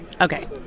Okay